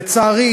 לצערי